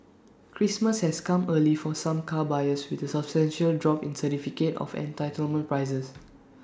Christmas has come early for some car buyers with A substantial drop in certificate of entitlement prices